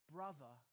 Brother